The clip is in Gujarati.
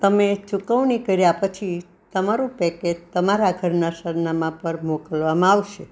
તમે ચૂકવણી કર્યા પછી તમારું પેકેજ તમારા ઘરનાં સરનામા પર મોકલવામાં આવશે